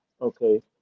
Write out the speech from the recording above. okay